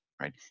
right